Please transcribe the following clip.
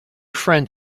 friend